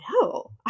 no